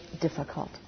difficult